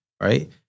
Right